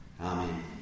Amen